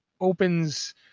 opens